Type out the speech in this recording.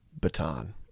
baton